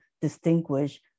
distinguish